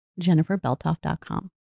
jenniferbeltoff.com